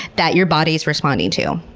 that your body's responding to.